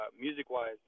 music-wise